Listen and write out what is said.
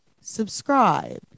subscribe